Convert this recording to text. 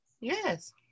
Yes